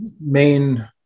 main